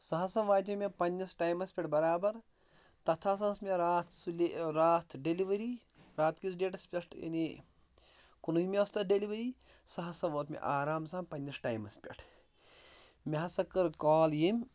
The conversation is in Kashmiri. سُہ ہسا واتیو مےٚ پنٛنِس ٹایمَس پٮ۪ٹھ برابر تَتھ ہسا ٲس مےٚ راتھ سُلے راتھ ڈٮ۪لؤری رات کِس ڈیٚٹَس پٮ۪ٹھ یعنی کُنوُمہِ ٲسۍ تَتھ ڈٮ۪لؤری سُہ ہسا ووت مےٚ آرام سان پنٛنِس ٹایمَس پٮ۪ٹھ مےٚ ہَسا کٔر کال ییٚمۍ